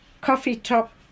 coffee-top